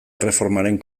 erreformaren